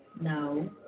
No